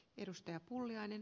arvoisa puhemies